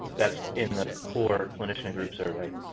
that's in the core clinician and group survey.